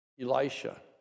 Elisha